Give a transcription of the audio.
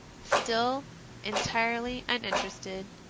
still entirely uninterested,